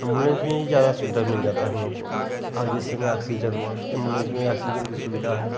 ambulance में ही ज़्यादा सुविधा मिल जाता है हम लोग को जिसमें आक्सीजन हुआ एम्बुलेंस में आक्सीजन की सुविधा है